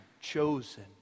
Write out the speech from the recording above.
chosen